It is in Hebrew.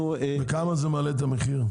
בכמה זה מעלה את המחיר?